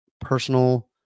personal